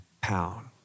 pound